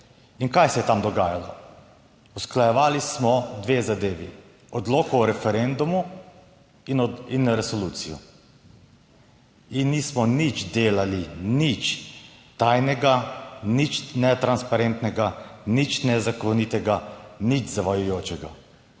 In kaj se je tam dogajalo? Usklajevali smo dve zadevi: Odlok o referendumu in resolucijo. In nismo nič delali, nič tajnega, nič netransparentnega, nič nezakonitega, nič zavajajočega.